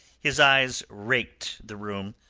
his eyes raked the room,